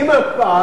אם על הקפאה,